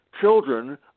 children